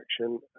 action